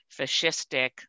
fascistic